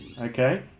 Okay